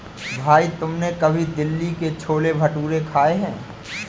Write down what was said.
भाई तुमने कभी दिल्ली के छोले भटूरे खाए हैं?